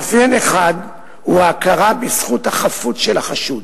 מאפיין אחד הוא ההכרה בזכות החפות של החשוד.